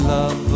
Love